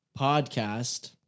Podcast